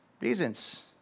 Reasons